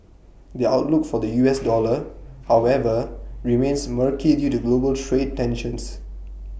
the outlook for the U S dollar however remains murky due to global trade tensions